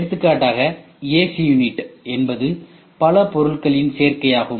எடுத்துக்காட்டாக AC unit என்பது பல பொருள்களின் சேர்க்கையாகும்